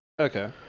okay